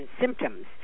Symptoms